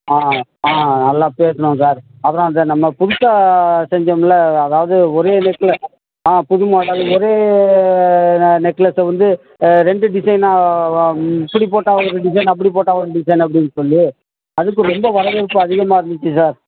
ஆ ஆ நல்லா பேசுனோம் சார் அப்புறோம் அந்த நம்ம புதுசாக செஞ்சோம்ல அதாவது ஒரே நெக்கில் ஆ புது மாடல் ஒரே நெ நெக்லஸ்ஸை வந்து ரெண்டு டிசைனாக வ இப்படி போட்டால் ஒரு டிசைன் அப்படி போட்டால் ஒரு டிசைன் அப்படின்னு சொல்லி அதுக்கு ரொம்ப வரவேற்பு அதிகமாக இருந்துச்சு சார்